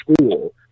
school